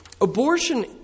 abortion